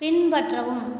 பின்பற்றவும்